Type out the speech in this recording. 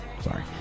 Sorry